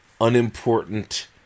unimportant